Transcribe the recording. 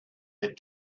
that